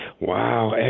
Wow